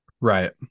Right